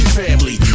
family